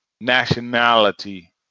nationality